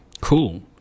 Cool